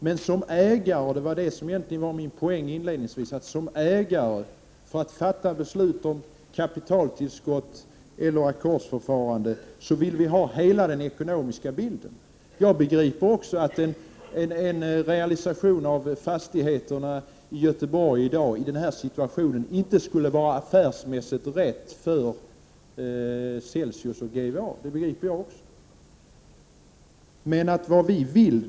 Men som ägare, det var egentligen det som var min poäng inledningsvis, och för att fatta beslut om kapitaltillskott eller ackordsförfarande, vill vi ha hela den ekonomiska bilden. Jag begriper att en realisation av fastigheterna i den här situationen i Göteborg i dag inte skulle vara affärsmässigt riktigt för Celsius och GVA.